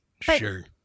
Sure